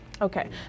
Okay